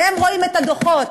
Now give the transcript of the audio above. הם רואים את הדוחות,